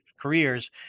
careers